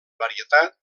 varietat